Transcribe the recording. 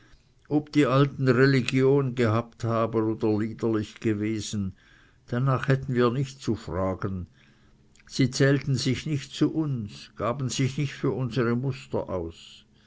ob die alten religion gehabt haben oder liederlich gewesen darnach hätten wir nicht zu fragen sie zählten sich nicht zu uns gaben sich nicht für unsere muster aus